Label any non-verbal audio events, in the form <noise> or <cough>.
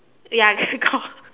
ya <laughs>